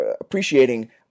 appreciating